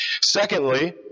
Secondly